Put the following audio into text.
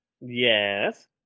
yes